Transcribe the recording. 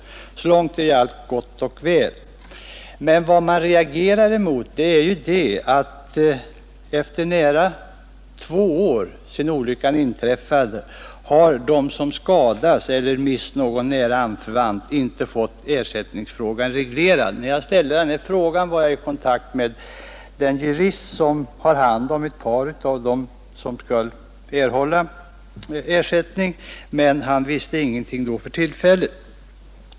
Så långt är allt gott och väl. Vad jag reagerar emot är att nästan två år sedan olyckan inträffade har de som skadats eller mist någon nära anförvant ännu inte fått ersättningsfrågan reglerad. När jag ställde denna fråga var jag i kontakt med den jurist som har hand om ett par av dem som skulle erhålla ersättning, men han visste ingenting för tillfället.